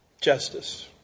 justice